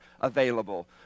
available